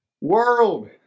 world